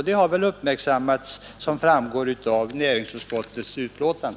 Dessa problem har uppmärksammats, vilket också framgår av utskottets betänkande.